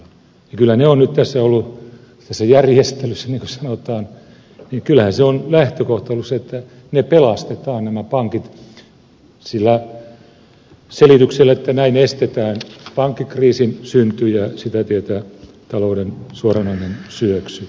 kyllä nyt tässä järjestelyssä niin kuin sanotaan lähtökohta on ollut se että pelastetaan nämä pankit sillä selityksellä että näin estetään pankkikriisin synty ja sitä tietä talouden suoranainen syöksy